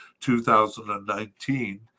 2019